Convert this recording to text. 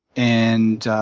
and